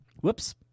whoops